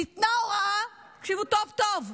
ניתנה הוראה, תקשיבו טוב טוב,